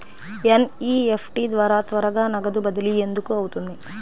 NEFT ద్వారా త్వరగా నగదు బదిలీ ఎందుకు అవుతుంది?